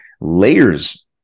layers